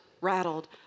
rattled